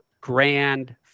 grand